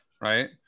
Right